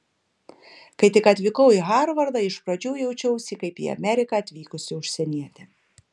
kai tik atvykau į harvardą iš pradžių jaučiausi kaip į ameriką atvykusi užsienietė